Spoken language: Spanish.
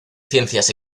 ciencias